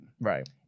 right